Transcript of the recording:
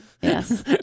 yes